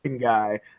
guy